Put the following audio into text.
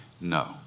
No